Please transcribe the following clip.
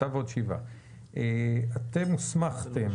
אתם הוסמכתם.